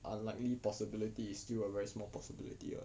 unlikely possibility is still a very small possibility [what]